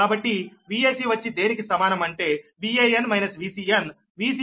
కాబట్టి Vac వచ్చి దేనికి సమానం అంటే Van - Vcn